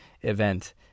event